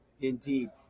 Indeed